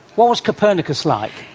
what was copernicus like?